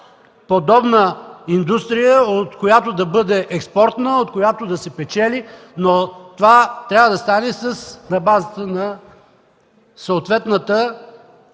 подобна индустрия, която да бъде експортна, от която да се печели, но това трябва да стане на базата на съответната